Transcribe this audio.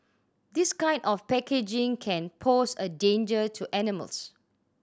this kind of packaging can pose a danger to animals